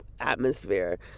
atmosphere